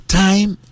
time